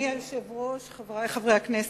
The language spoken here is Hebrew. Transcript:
אדוני היושב-ראש, חברי חברי הכנסת,